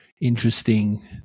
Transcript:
interesting